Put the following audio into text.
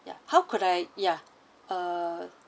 ya how could I ya err